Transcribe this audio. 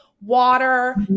water